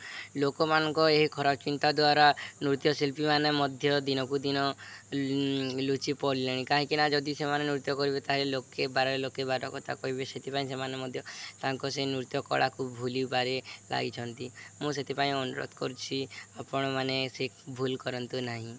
ଲୋକମାନଙ୍କ ଏହି ଖରାପ ଚିନ୍ତା ଦ୍ୱାରା ନୃତ୍ୟଶିଳ୍ପୀ ମାନ ମଧ୍ୟ ଦିନକୁ ଦିନ ଲୁଚି ପଡ଼ିଲେଣି କାହିଁକି ନା ଯଦି ସେମାନେ ନୃତ୍ୟ କରିବେ ତା'ହେଲେ ଲୋକେ ବାର ଲୋକେ ବାର କଥା କହିବେ ସେଥିପାଇଁ ସେମାନେ ମଧ୍ୟ ତାଙ୍କ ସେ ନୃତ୍ୟ କଳାକୁ ଭୁଲିବାରେ ଲାଗିଛନ୍ତି ମୁଁ ସେଥିପାଇଁ ଅନୁରୋଧ କରୁଛି ଆପଣମାନେ ସେ ଭୁଲ କରନ୍ତୁ ନାହିଁ